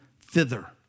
thither